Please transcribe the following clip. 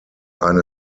eine